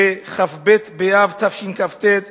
בכ"ב באב תשכ"ט,